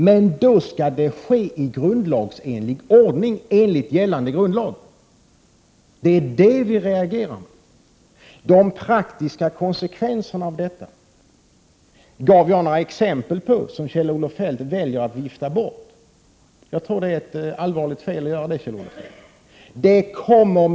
Men då skall det ske enligt gällande grundlag. Det är på denna punkt vi reagerar. De praktiska konsekvenserna av detta gav jag några exempel på som Kjell-Olof Feldt väljer att vifta bort. Jag tror att det är ett allvarligt fel att göra så.